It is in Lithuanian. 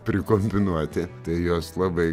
prikombinuoti tai jos labai